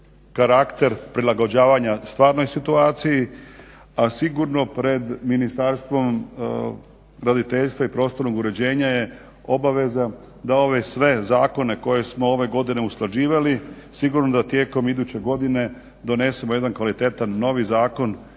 karakter prilagođavanja stvarnoj situaciji, a sigurno pred Ministarstvom graditeljstva i prostornog uređenja je obaveza da ove sve zakone koje smo ove godine usklađivali, sigurno da tijekom iduće godine donesemo jedan kvalitetan, novi zakon,